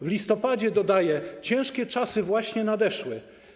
W listopadzie dodaje: Ciężkie czasy właśnie nadeszły.